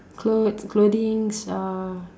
clothes clothing's